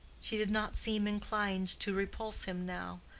she did not seem inclined to repulse him now,